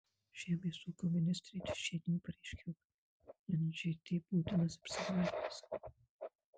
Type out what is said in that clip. žemės ūkio ministrė trečiadienį pareiškė jog nžt būtinas apsivalymas